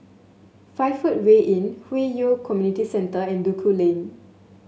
Five Footway Inn Hwi Yoh Community Centre and Duku Lane